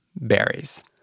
berries